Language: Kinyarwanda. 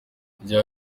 ryari